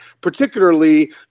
particularly